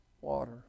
water